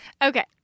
Okay